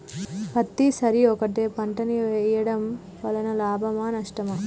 పత్తి సరి ఒకటే పంట ని వేయడం వలన లాభమా నష్టమా?